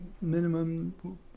minimum